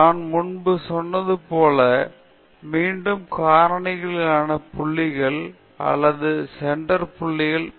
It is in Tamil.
நான் முன்பு சொன்னது மீண்டும் மீண்டும் காரணியாலான புள்ளிகளில் அல்லது சென்டர் புள்ளிகளில் செய்யப்படலாம்